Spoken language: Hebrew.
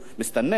מסתנן,